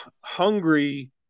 hungry